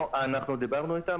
דיברנו איתם.